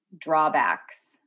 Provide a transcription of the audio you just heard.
drawbacks